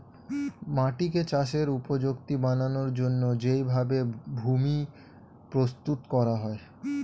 মাটিকে চাষের উপযুক্ত বানানোর জন্যে যেই ভাবে ভূমি প্রস্তুত করা হয়